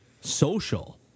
social